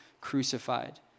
crucified